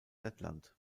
lettland